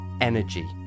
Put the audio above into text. energy